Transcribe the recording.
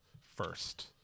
first